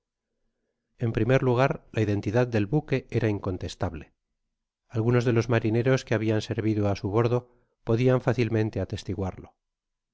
en primer lugar la identidad del buque era incontestable algunos de los marineros que habian servido á su bordo po diaiu fácilmente atestiguarlo